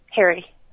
Harry